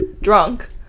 Drunk